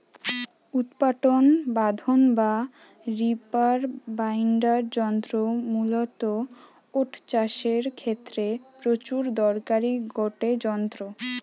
উৎপাটন বাঁধন বা রিপার বাইন্ডার যন্ত্র মূলতঃ ওট চাষের ক্ষেত্রে প্রচুর দরকারি গটে যন্ত্র